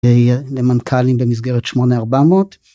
למנכ״לים במסגרת 8400.